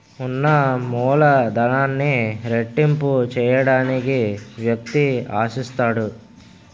ఉన్న మూలధనాన్ని రెట్టింపు చేయడానికి వ్యక్తి ఆశిస్తాడు